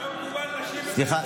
סליחה,